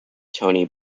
tony